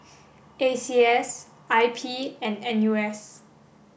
A C S I P and N U S